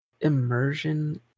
immersion